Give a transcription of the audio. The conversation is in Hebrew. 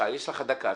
יש לך דקה.